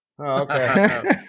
okay